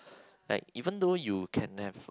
like even though you can have